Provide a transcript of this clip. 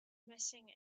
missing